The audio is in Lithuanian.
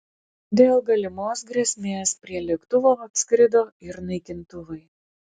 dėl galimos grėsmės prie lėktuvo atskrido ir naikintuvai